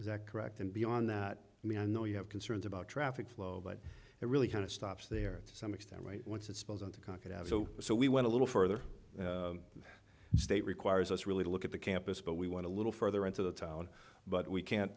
is that correct and beyond that i mean i know you have concerns about traffic flow but it really kind of stops there to some extent right once it spills into concord as so so we went a little further state requires us really to look at the campus but we want a little further into the town but we can't